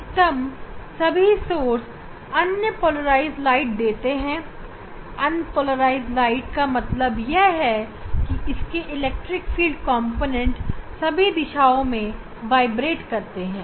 अधिकतम सभी source unpolarise प्रकाश देते हैं अनपोलराइज प्रकाश का मतलब यह है कि इसके इलेक्ट्रिक कॉम्पोनेंट सभी दिशाओं में वाइब्रेट करते हैं